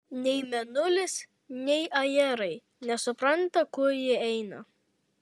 nei mėnulis nei ajerai nesupranta kur ji eina